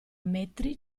metri